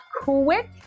quick